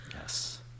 yes